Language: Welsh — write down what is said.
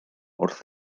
wrth